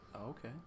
Okay